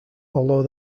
although